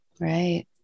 Right